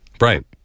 right